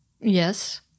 Yes